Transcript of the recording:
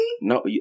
No